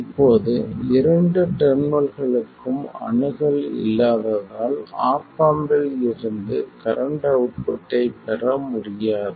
இப்போது இரண்டு டெர்மினல்களுக்கும் அணுகல் இல்லாததால் ஆப் ஆம்ப்ல் இருந்து கரண்ட் அவுட்புட்டைப் பெற முடியாது